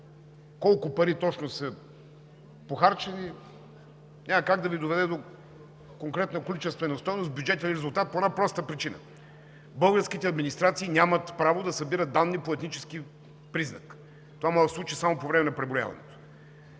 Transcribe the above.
колко пари точно са похарчени, няма как да Ви доведе до конкретна количествена стойност – бюджетен резултат, по една проста причина – българските администрации нямат право да събират данни по етнически признак. Това може да се случи по време на преброяването.